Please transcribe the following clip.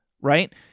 right